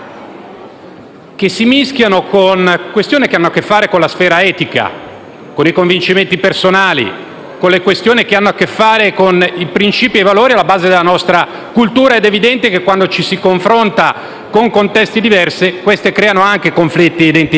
che si mischiano con questioni che hanno a che fare con la sfera etica, con i convincimenti personali, con i principi e i valori alla base della nostra cultura. Ed è evidente che, quando ci si confronta con contesti diversi, esse creano anche conflitti identitari.